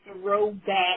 throwback